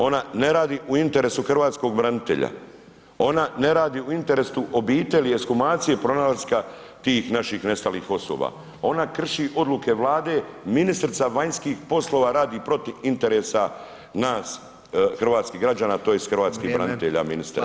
Ona ne radi u interesu Hrvatskog branitelja, ona ne radi interesu obitelji, ekshumacije i pronalaska tih naših nestalih osoba, ona krši odluke Vlade, ministrica vanjskih poslova radi protiv interesa naš hrvatskih građana tj. hrvatskih [[Upadica: Vrijeme.]] branitelja ministre.